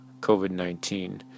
COVID-19